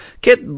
get